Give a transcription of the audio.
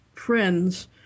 friends